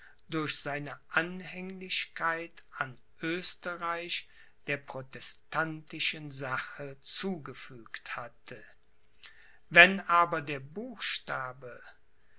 durch seine anhänglichkeit an oesterreich der protestantischen sache zugefügt hatte wenn aber der buchstabe